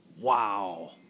Wow